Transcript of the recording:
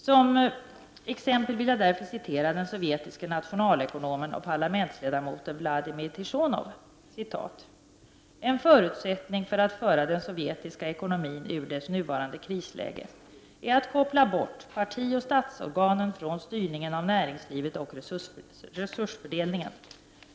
Som exempel vill jag därför citera den sovjetiske nationalekonomen och parlamentsledamoten Vladimir Tikhonov: ”En förutsättning för att föra den sovjetiska ekonomin ur dess nuvarande krisläge är att koppla bort partioch statsorganen från styrningen av näringslivet och resursfördelningen.